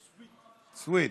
סוִיד.